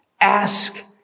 Ask